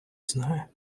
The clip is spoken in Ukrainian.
знає